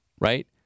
right